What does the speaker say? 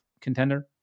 contender